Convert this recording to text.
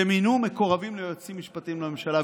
שמינו מקורבים ליועצים משפטיים לממשלה,